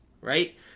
right